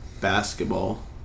basketball